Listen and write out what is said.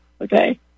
Okay